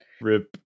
rip